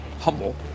humble